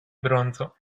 bronzo